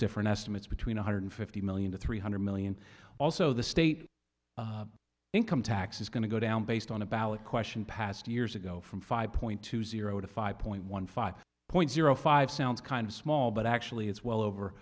different estimates between one hundred fifty million to three hundred million also the state income tax is going to go down based on a ballot question passed years ago from five point two zero to five point one five point zero five sounds kind of small but actually it's well over